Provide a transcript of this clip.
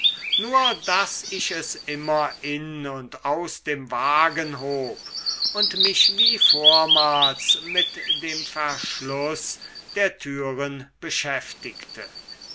nur daß ich es immer in und aus dem wagen hob und mich wie vormals mit dem verschluß der türen beschäftigte